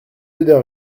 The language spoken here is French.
odeur